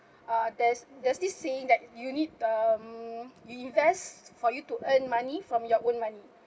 uh there's there's this saying that you need um you invest for you to earn money from your own money